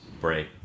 break